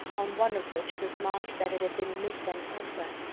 on one of which was marked that it had been missent elsewhere.